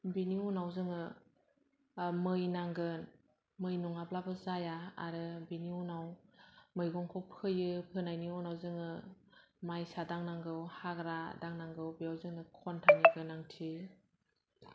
बिनि उनाव जोङो मै नांगोन मै नङाब्लाबो जाया आरो बिनि उनाव मैगंखौ फोयो फोनायनि उनाव जोङो मायसा दांनांगौ हाग्रा दांनांगौ बेयाव जोंनो खन्थानि गोनांथि